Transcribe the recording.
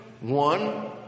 One